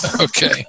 Okay